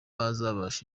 azabasha